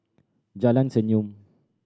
Jalan Senyum